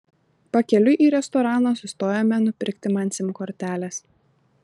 pakeliui į restoraną sustojome nupirkti man sim kortelės